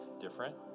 different